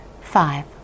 Five